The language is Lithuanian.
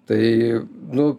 tai nu